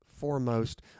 foremost